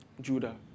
Judah